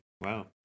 Wow